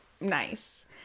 nice